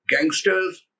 gangsters